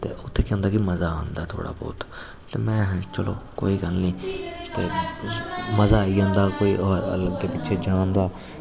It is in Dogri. ते उत्थें केह् होंदा कि मजा आंदा थोह्ड़ा बहुत ते में चलो कोई गल्ल नेईं ते मजा आई जंदा ते कुतै अग्गें पिच्छें जान दा